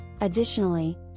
Additionally